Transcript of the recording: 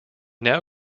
now